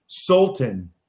Sultan